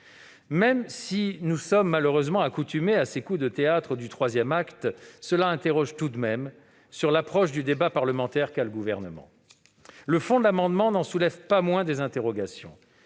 Même si nous sommes malheureusement accoutumés à ces coups de théâtre du troisième acte, cela interroge tout de même sur l'approche du débat parlementaire qu'a le Gouvernement. Le fond de l'amendement n'en soulève pas moins des interrogations